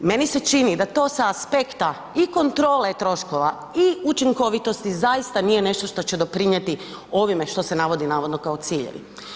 Meni se čini da to sa aspekta i kontrole troškova i učinkovitosti zaista nije nešto što će doprinijeti ovime što se navodi kao ciljevi.